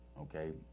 okay